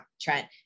Trent